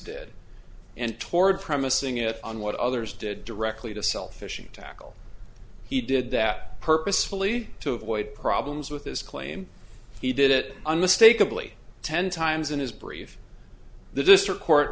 did and toward promising it on what others did directly to sell fishing tackle he did that purposefully to avoid problems with his claim he did it unmistakably ten times in his brief the district court